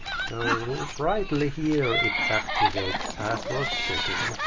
so rightly here it activates password checking.